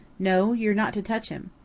no. you're not to touch him.